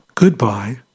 Goodbye